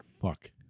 fuck